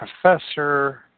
Professor